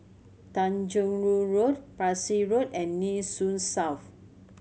Tanjong Rhu Road Parsi Road and Nee Soon South